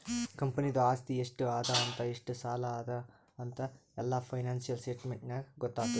ಕಂಪನಿದು ಆಸ್ತಿ ಎಷ್ಟ ಅದಾ ಎಷ್ಟ ಸಾಲ ಅದಾ ಅಂತ್ ಎಲ್ಲಾ ಫೈನಾನ್ಸಿಯಲ್ ಸ್ಟೇಟ್ಮೆಂಟ್ ನಾಗೇ ಗೊತ್ತಾತುದ್